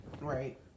Right